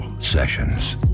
sessions